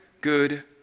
good